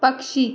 पक्षी